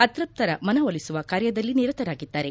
ಅತೃಪ್ತರ ಮನವೊಲಿಸುವ ಕಾರ್ಯದಲ್ಲಿ ನಿರತರಾಗಿದ್ದಾರೆ